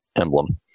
emblem